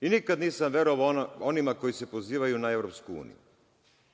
i nikada nisam verovao onima koji se pozivaju na EU. Uvek su